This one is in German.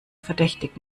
verdächtig